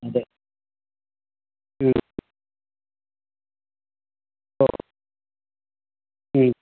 இந்த ம் ஓ ம்